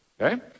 Okay